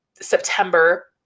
September